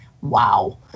wow